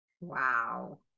Wow